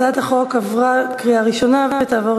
הצעת החוק עברה בקריאה ראשונה ותעבור